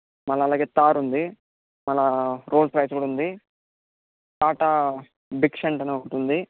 మళ్ళీ అలాగే థార్ ఉంది మళ్ళీ రోల్స్ రాయ్స్ కూడా ఉంది టాటా డిక్షన్ట్ అని ఒకటి ఉంది